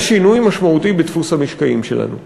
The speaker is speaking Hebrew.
זה שינוי משמעותי בדפוס המשקעים שלנו.